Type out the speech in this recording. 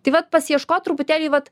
tai vat pasiieškot truputėlį vat